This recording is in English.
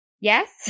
Yes